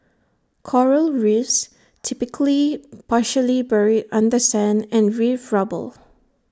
Coral reefs typically partially buried under sand and reef rubble